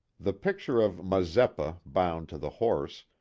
the picture of mazeppa bound to the horse,